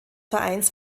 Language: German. vereins